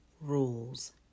rules